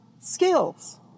skills